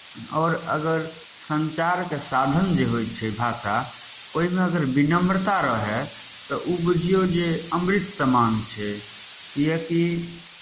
आओर अगर सञ्चारके साधन जे होइ छै भाषा ओहिमे अगर विनम्रता रहए तऽ ओ बुझियौ जे अमृत समान छै कियाकि